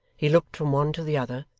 he looked from one to the other,